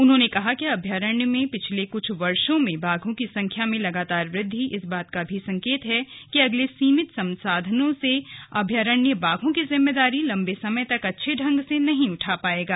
उन्होंने कहा कि अभयारण्य में पिछले कुछ वर्षों में बाघों की संख्या में लगातार वृद्धि इस बात का भी संकेत है कि अपने सीमित संसाधनों से अभयारण्य बाघों की जिम्मेदारी लंबे समय तक अच्छे ढंग से नहीं उठा पायेगा